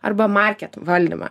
arba market valdymą